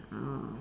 oh